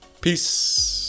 Peace